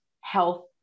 health